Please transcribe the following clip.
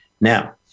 Now